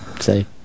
Say